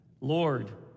Lord